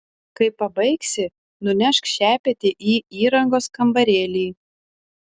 kai pabaigsi nunešk šepetį į įrangos kambarėlį